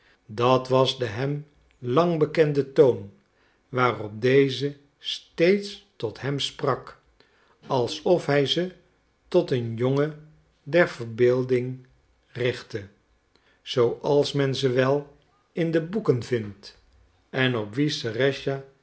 dat was de hem lang bekende toon waarop deze steeds tot hem sprak alsof hij ze tot een jongen der verbeelding richtte zooals men ze wel in de boeken vindt en op wie